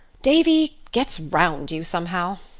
davy gets round you somehow.